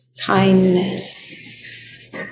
Kindness